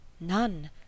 None